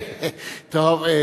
טוב.